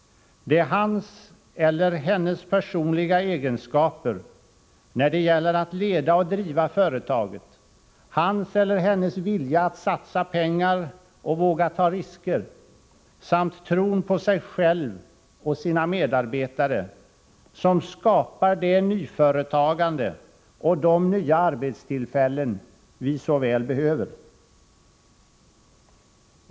Det är hans eller hennes personliga egenskaper när det gäller att leda och driva företaget, hans eller hennes vilja att satsa pengar och våga ta risker samt tron på sig själv och sina medarbetare som skapar det nyföretagande och de nya arbetstillfällen vi så väl behöver.